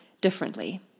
differently